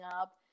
up